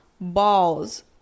balls